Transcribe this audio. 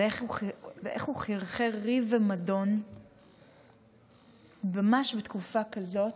ואיך הוא חרחר ריב ומדון ממש בתקופה כזאת,